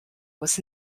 was